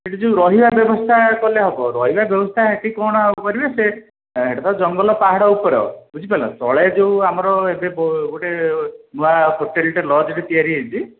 ସେଠି ଯେଉଁ ରହିବା ବ୍ୟବସ୍ଥା କଲେ ହେବ ରହିବା ବ୍ୟବସ୍ଥା ସେଇଠି କ'ଣ କରିବେ ସେଠି ତ ଜଙ୍ଗଲ ପାହାଡ଼ ଉପରେ ବୁଝିପାରିଲ ତଳେ ଯେଉଁ ଆମର ଏବେ ବି ଗୋଟେ ନୂଆ ହୋଟେଲଟେ ଲଜ୍ଟେ ତିଆରି ହୋଇଛି